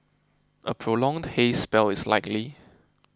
a prolonged haze spell is likely